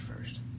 first